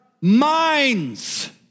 minds